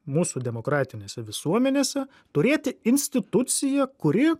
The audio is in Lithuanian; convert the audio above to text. mūsų demokratinėse visuomenėse turėti instituciją kuri